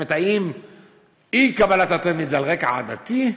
האם אי-קבלת התלמיד זה על רקע עדתי?